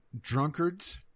drunkards